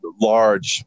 large